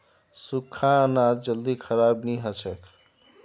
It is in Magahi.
सुख्खा अनाज जल्दी खराब नी हछेक